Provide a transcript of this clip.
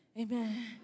Amen